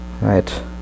Right